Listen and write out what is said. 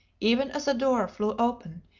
even as a door flew open,